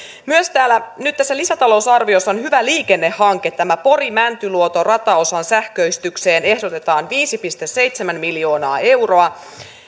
myös nyt tässä lisätalousarviossa on hyvä liikennehanke tähän pori mäntyluoto rataosan sähköistykseen ehdotetaan viisi pilkku seitsemän miljoonaa euroa